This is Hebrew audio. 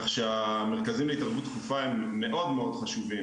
כך שהמרכזים להתערבות דחופה הם מאוד חשובים